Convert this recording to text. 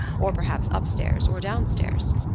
or perhaps upstairs or downstairs.